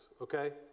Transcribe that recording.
okay